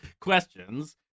questions